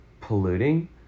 polluting